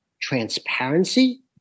transparency